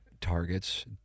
targets